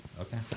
okay